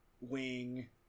Wing